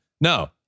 No